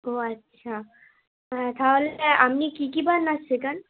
ও আচ্ছা হ্যাঁ তাহলে আপনি কী কী বার নাচ শেখান